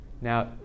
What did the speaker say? Now